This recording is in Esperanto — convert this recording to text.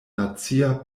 nacia